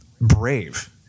brave